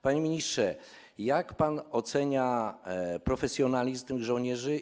Panie ministrze, jak pan ocenia profesjonalizm tych żołnierzy?